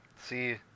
See